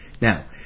Now